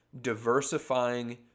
diversifying